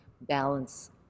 balance